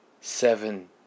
seven